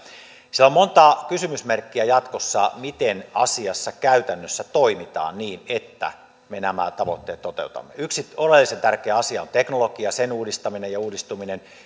siellä on monta kysymysmerkkiä jatkossa miten asiassa käytännössä toimitaan niin että me nämä tavoitteet toteutamme yksi oleellisen tärkeä asia on teknologia sen uudistaminen ja uudistuminen